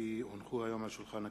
כי הונחו היום על שולחן הכנסת,